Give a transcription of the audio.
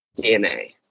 DNA